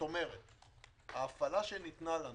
כלומר ההפעלה שניתנה לנו